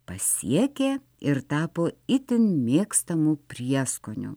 pasiekė ir tapo itin mėgstamu prieskoniu